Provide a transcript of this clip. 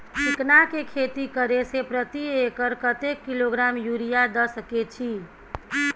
चिकना के खेती करे से प्रति एकर कतेक किलोग्राम यूरिया द सके छी?